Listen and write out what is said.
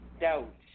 doubt